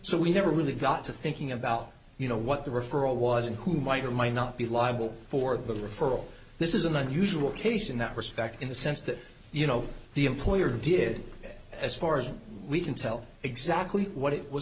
so we never really got to thinking about you know what the referral was and who might or might not be liable for the referral this is an unusual case in that respect in the sense that you know the employer did as far as we can tell exactly what it was